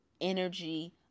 energy